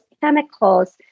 chemicals